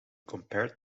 compared